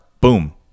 Boom